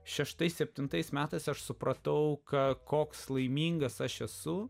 šeštais septintais metais aš supratau ką koks laimingas aš esu